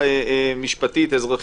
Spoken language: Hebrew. בוא